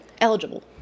Eligible